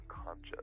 unconscious